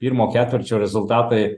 pirmo ketvirčio rezultatai